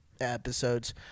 episodes